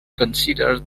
considered